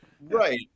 Right